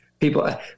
People